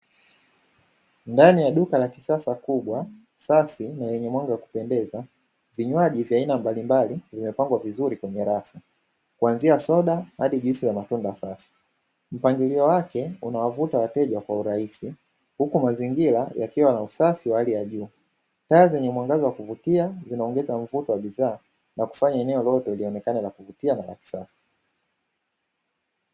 Ndani ya duka la kisasa, kubwa, safi na lenye mwanga wa kupendeza; vinywaji vya aina mbalimbali vimepangwa vizuri kwenye rafu kwanzia soda hadi juisi za matunda safi. Mpangilio wake unawavuta wateja kwa urahisi huku mazingira yakiwa na usafi wa hali ya juu. Taa zenye mwangaza wa kuvutia, zinaongeza mvuto wa bidhaa na kufanya eneo lote lionekane la kuvutia na la kisasa.